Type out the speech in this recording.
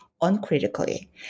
uncritically